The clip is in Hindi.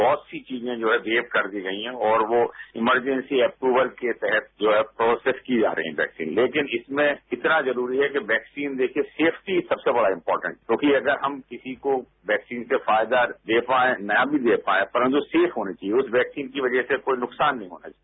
बहुत सी चीजें जो हैं वेव कर दी गई हैं और वो इमरजेंसी एप्रूवल के तहत जो है प्रोसेस की जा रही है वैक्सीन लेकिन इसमें इतना जरूरी है कि वैक्सीन दे के सेफ्टि सबसे बड़ा इंपोर्टेट क्योंकि अगर हम किसी को वैक्सीन से फायदा दे पाएं न भी दे पाएं परंतु सेफ होनी चाहिए उस वैक्सीन की वजह से कोई नुकसान नहीं होना चाहिए